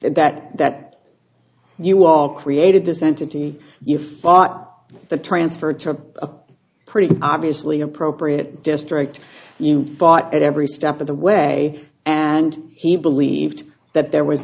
and that that you all created this entity you fought the transfer to a pretty obviously appropriate district you fought it every step of the way and he believed that there was